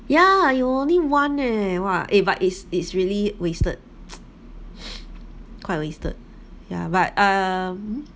ya you only one eh !wah! eh but it's it's really wasted quite wasted yeah but um